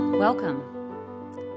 Welcome